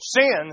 sin